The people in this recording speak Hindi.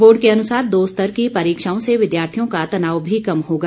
बोर्ड के अनुसार दो स्तर की परिक्षाओं से विद्यार्थियों का तनाव भी कम होगा